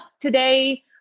today